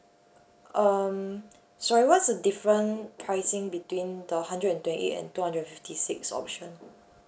um sorry what's the different pricing between the hundred and twenty eight and two hundred and fifty six option